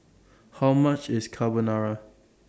How much IS Carbonara